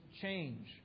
change